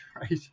right